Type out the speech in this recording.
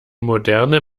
moderne